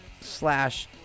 slash